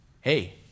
hey